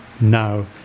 now